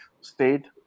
state